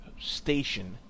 station